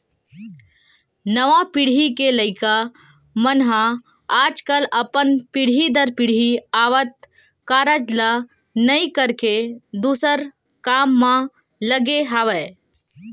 नवा पीढ़ी के लइका मन ह आजकल अपन पीढ़ी दर पीढ़ी आवत कारज ल नइ करके दूसर काम म लगे हवय